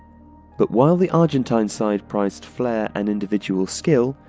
but while the argentine side prized flair and individual skill,